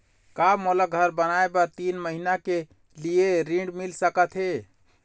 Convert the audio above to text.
का मोला घर बनाए बर तीन महीना के लिए ऋण मिल सकत हे?